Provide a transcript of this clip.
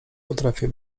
potrafię